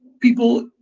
people